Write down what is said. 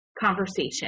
conversation